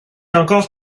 encore